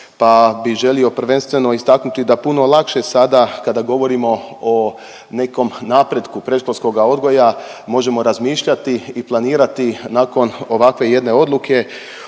pa bih želio prvenstveno istaknuti da puno lakše sada, kada govorimo o nekom napretku predškolskoga odgoja možemo razmišljati i planirati nakon ovakve jedne odluke.